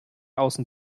außen